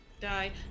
Die